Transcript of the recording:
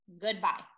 Goodbye